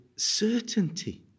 Certainty